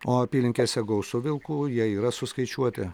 o apylinkėse gausu vilkų jie yra suskaičiuoti